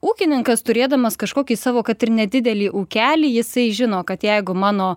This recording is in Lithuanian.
ūkininkas turėdamas kažkokį savo kad ir nedidelį ūkelį jisai žino kad jeigu mano